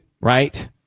Right